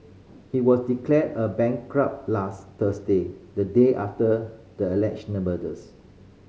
he was declared a bankrupt last Thursday the day after the alleged murders